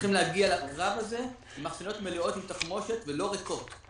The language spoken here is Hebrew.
צריכים להגיע לקרב הזה עם מחסניות מלאות עם תחמושת ולא ריקות,